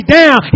down